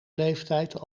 leeftijd